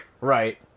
Right